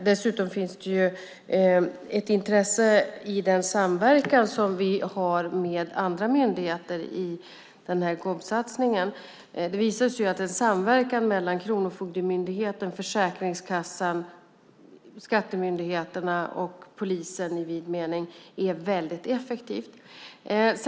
Dessutom finns det ett intresse i den samverkan som vi har med andra myndigheter i den här GOB-satsningen. Det visar sig att en samverkan mellan Kronofogdemyndigheten, Försäkringskassan, Skatteverket och polisen i vid mening är väldigt effektiv.